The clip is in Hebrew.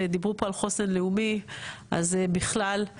ודיברו פה על חוסן לאומי אז בכלל.